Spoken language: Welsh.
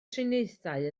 triniaethau